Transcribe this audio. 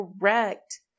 correct